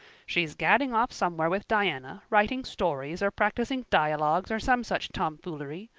she's gadding off somewhere with diana, writing stories or practicing dialogues or some such tomfoolery,